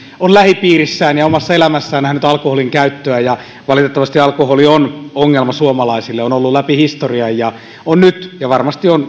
on lähipiirissään ja omassa elämässään nähnyt alkoholinkäyttöä valitettavasti alkoholi on ongelma suomalaisille on ollut läpi historian on nyt ja varmasti on